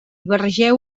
barregeu